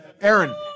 Aaron